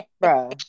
bro